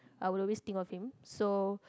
I will always think of him so